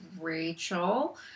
Rachel